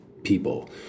people